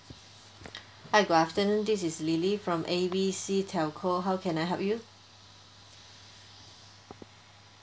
hi good afternoon this is lily from A B C telco how can I help you